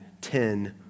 ten